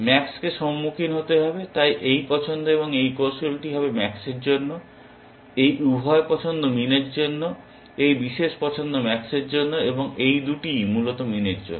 ম্যাক্সকে সম্মুখীন হতে হবে তাই এই পছন্দ এই কৌশলটি হবে ম্যাক্সের জন্য এই উভয় পছন্দ মিনের জন্য এই বিশেষ পছন্দ ম্যাক্সের জন্য এবং এই দুটিই মূলত মিনের জন্য